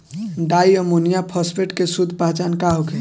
Di ammonium phosphate के शुद्ध पहचान का होखे?